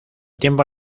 tiempo